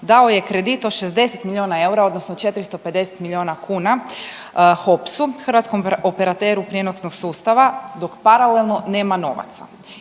Dao je kredit od 60 miliona eura odnosno 450 miliona kuna HOPS-u, Hrvatskom operateru prijenosnog sustava dok paralelno nema novaca.